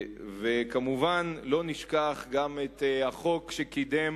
וכמובן, לא נשכח גם את החוק שקידם,